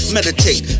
Meditate